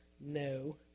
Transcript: No